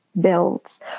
builds